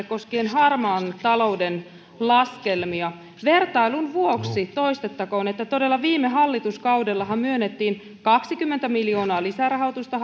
koskien harmaan talouden laskelmia vertailun vuoksi toistettakoon että viime hallituskaudellahan todella myönnettiin kaksikymmentä miljoonaa lisärahoitusta